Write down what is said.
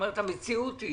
המציאות היא